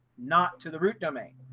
not to the root domain.